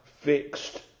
fixed